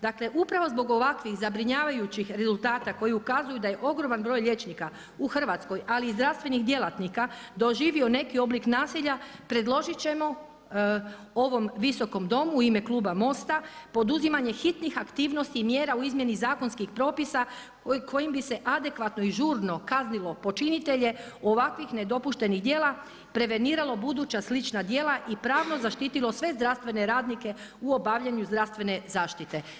Dakle, upravo zbog ovakvih zabrinjavajućih rezultata koji ukazuju da je ogroman broj liječnika u Hrvatskoj, ali i zdravstvenih djelatnika doživio neki oblik nasilja predložit ćemo ovom Visokom domu u ime kluba MOST-a poduzimanje hitnih aktivnosti i mjera u izmjeni zakonskih propisa kojim bi se adekvatno i žurno kaznilo počinitelje ovakvih nedopuštenih djela preveniralo buduća slična djela i pravno zaštitilo sve zdravstvene radnike u obavljanju zdravstvene zaštite.